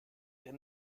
der